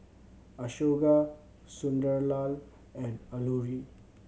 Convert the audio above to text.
Ashoka Sunderlal and Alluri